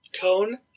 cone